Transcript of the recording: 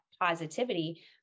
positivity